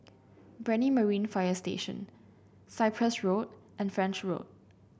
Brani Marine Fire Station Cyprus Road and French Road